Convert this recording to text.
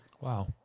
wow